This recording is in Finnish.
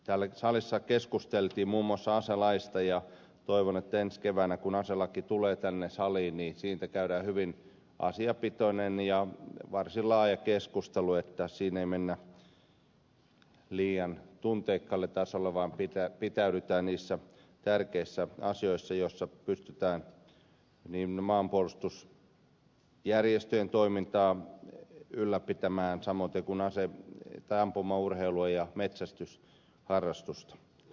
täällä salissa keskusteltiin muun muassa aselaista ja toivon että ensi keväänä kun aselaki tulee tänne saliin siitä käydään hyvin asiapitoinen ja varsin laaja keskustelu että siinä ei mennä liian tunteikkaalle tasolle vaan pitäydytään niissä tärkeissä asioissa joissa pystytään maanpuolustusjärjestöjen toimintaa ylläpitämään samoin kuin ampumaurheilua ja metsästysharrastusta